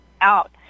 out